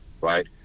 right